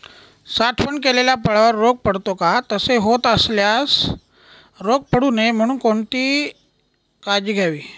साठवण केलेल्या फळावर रोग पडतो का? तसे होत असल्यास रोग पडू नये म्हणून कोणती काळजी घ्यावी?